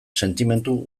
sentimendu